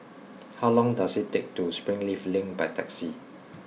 how long does it take to get to Springleaf Link by taxi